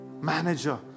manager